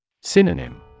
Synonym